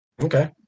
okay